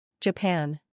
Japan